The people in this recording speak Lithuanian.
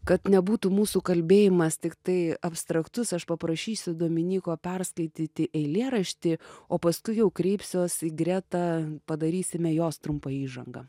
kad nebūtų mūsų kalbėjimas tiktai abstraktus aš paprašysiu dominyko perskaityti eilėraštį o paskui jau kreipsiuosi į gretą padarysime jos trumpą įžangą